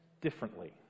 differently